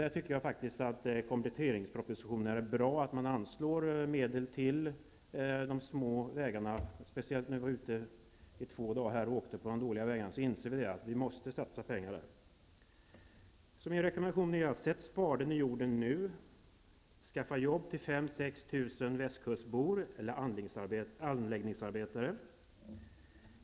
Jag tycker att det är bra att man i kompletteringspropositionen anslår medel till de små vägarna. Efter att jag har varit ute och åkt på de dåliga vägarna i två dagar, inser jag att man måste satsa pengar på dem. Min rekommendation är alltså: Sätt spaden i jorden nu. Skaffa jobb till 5 000--6 000 västkustbor eller anläggningsarbetare.